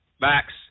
Max